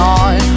on